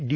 D